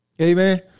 Amen